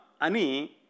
Ani